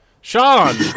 Sean